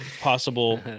possible